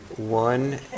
One